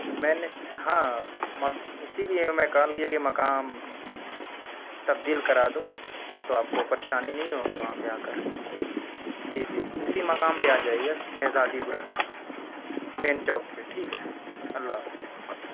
میں نے ہاں اِسی لئے میں کال کیا کہ مقام تبدیل کرا دوں تو آپ کو پریشانی نہیں ہوگی وہاں پہ آ کر جی جی اِسی مقام پہ آ جائیے میزادی پورہ مین چوک پہ ٹھیک ہے اللہ حافظ